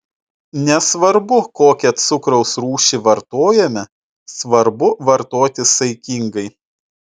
nesvarbu kokią cukraus rūšį vartojame svarbu vartoti saikingai